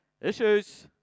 Issues